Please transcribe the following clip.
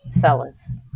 Fellas